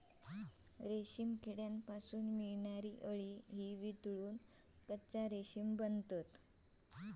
रेशीम किड्यांपासून मिळणारी अळी वितळून कच्चा रेशीम बनता